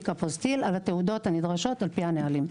אפוסטיל על התעודות הנדרשות על פי הנהלים.